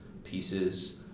pieces